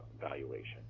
valuation